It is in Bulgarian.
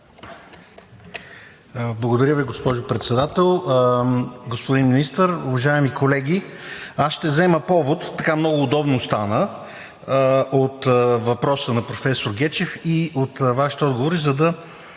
Благодаря Ви, госпожо Председател. Господин Министър, уважаеми колеги! Ще взема повод, така много удобно стана, от въпроса на професор Гечев и от Вашите отговори, за да